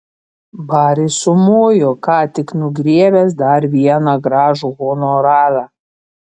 baris sumojo ką tik nugriebęs dar vieną gražų honorarą